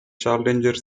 challenger